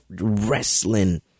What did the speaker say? wrestling